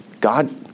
God